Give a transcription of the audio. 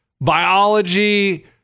Biology